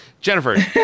jennifer